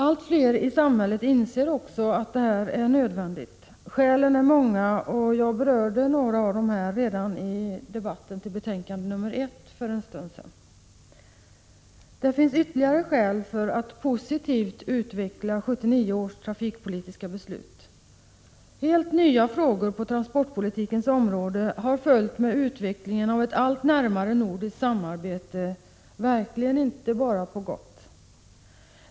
Allt fler i samhället inser att detta är nödvändigt. Skälen är många och jag berörde några redan i debatten till betänkande nr 1 för en stund sedan. Det finns ytterligare skäl för att positivt utveckla 1979 års trafikpolitiska beslut. Helt nya frågor på transportpolitikens område har följt med utvecklingen av ett allt närmare nordiskt samarbete — verkligen inte bara på gott.